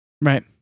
Right